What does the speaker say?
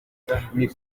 yari